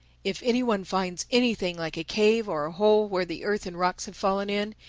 if anyone finds anything like a cave or a hole where the earth and rocks have fallen in,